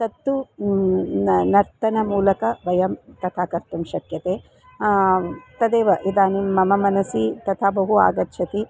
तत्तु न नर्तनमूलकं वयं तथा कर्तुं शक्यते तदेव इदानीं मम मनसि तथा बहु आगच्छति